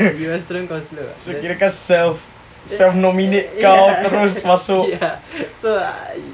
so kira kan self self nominate kau terus masuk